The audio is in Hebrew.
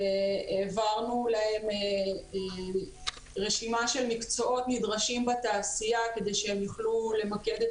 העברנו להם רשימה של מקצועות נדרשים בתעשייה כדי שהם יוכלו למקד את